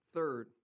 Third